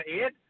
Ed